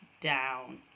down